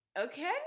Okay